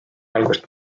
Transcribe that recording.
algust